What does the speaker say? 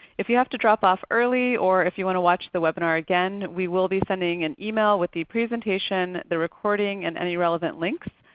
if you have to drop off early or if you want to watch the webinar again, we will be sending an email with the presentation, the recording, and any relevant links.